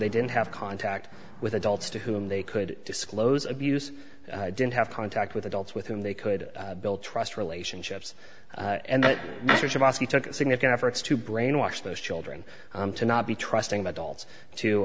they didn't have contact with adults to whom they could disclose abuse didn't have contact with adults with whom they could build trust relationships and that he took significant efforts to brainwash those children to not be trusting adults to